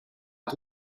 het